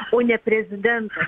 o ne prezidentas